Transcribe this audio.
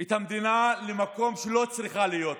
את המדינה למקום שהיא לא צריכה להיות בו?